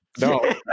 No